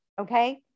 Okay